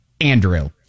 Andrew